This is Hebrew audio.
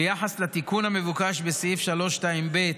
ביחס לתיקון המבוקש בסעיף 326(ב),